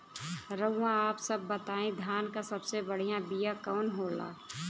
रउआ आप सब बताई धान क सबसे बढ़ियां बिया कवन होला?